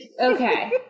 okay